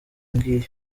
ngiyo